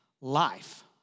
life